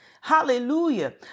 Hallelujah